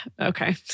Okay